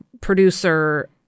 producer